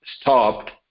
stopped